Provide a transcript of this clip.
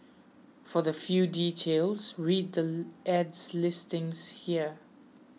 for the fill details read the ad's listings here